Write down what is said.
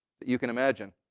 that you can imagine.